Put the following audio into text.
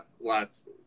Lots